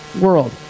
world